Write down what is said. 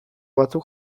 batzuk